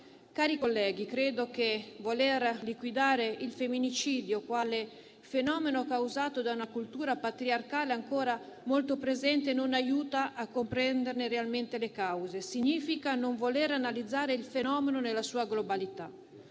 Cari colleghi, credo che voler liquidare il femminicidio come fenomeno causato da una cultura patriarcale ancora molto presente non aiuti a comprenderne realmente le cause. Significa non voler analizzare il fenomeno nella sua globalità